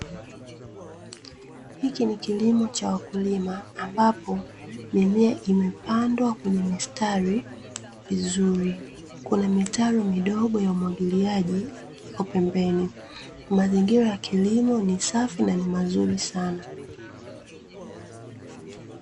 Hiki ni kilimo cha wakulima, ambapo mimea imepandwa kwenye mistari vizuri, kuna mitaro midogo ya umwagiliaji iko pembeni. Mazingira ya kilimo ni safi na ni mazuri sana.